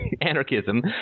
anarchism